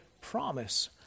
promise